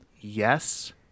Yes